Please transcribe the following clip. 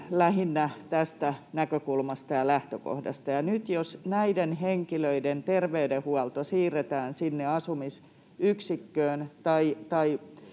lähinnä tästä näkökulmasta ja lähtökohdasta. Nyt jos näiden henkilöiden terveydenhuolto siirretään sinne